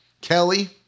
Kelly